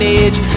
age